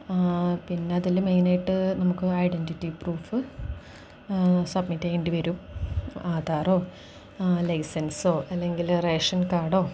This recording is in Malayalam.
പിന്നെ അതില് മെയിനായിട്ട് നമുക്ക് ഐഡന്റിറ്റി പ്രൂഫ് സബ്മിറ്റ് ചെയ്യേണ്ടിവരും ആധാറോ ലൈസൻസോ അല്ലെങ്കില് റേഷൻ കാർഡോ